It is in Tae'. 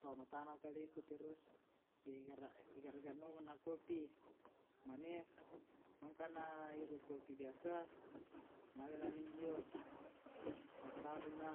Pa matanang kaleku te ros di garagan omo na kopi mane ku mangkana' ngiru kopi biasa malena' minjio' massambung na